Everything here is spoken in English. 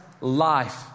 life